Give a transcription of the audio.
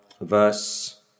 verse